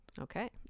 Okay